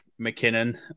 McKinnon